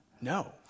No